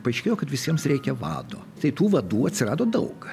paaiškėjo kad visiems reikia vado tai tų vadų atsirado daug